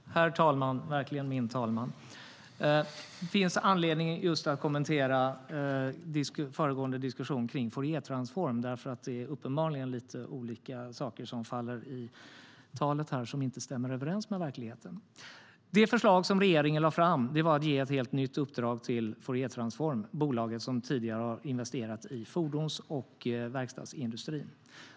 STYLEREF Kantrubrik \* MERGEFORMAT NäringslivDet förslag som regeringen lade fram var att ge ett helt nytt uppdrag till Fouriertransform, alltså det bolag som tidigare har investerat i fordons och verkstadsindustrin.